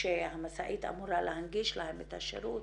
שהמשאית אמורה להנגיש להן את השירות